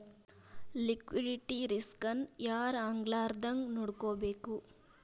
Liquidity risk ನ ಯಾರ್ ಆಗ್ಲಾರ್ದಂಗ್ ನೊಡ್ಕೊಬೇಕು?